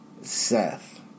Seth